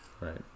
Right